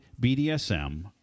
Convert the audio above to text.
BDSM